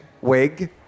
wig